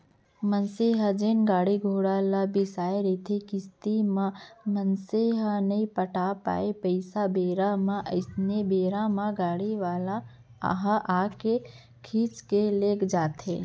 मनसे ह जेन गाड़ी घोड़ा ल बिसाय रहिथे किस्ती म मनसे ह नइ पटा पावय पइसा बेरा म अइसन बेरा म गाड़ी वाले ह आके खींच के लेग जाथे